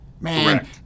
Man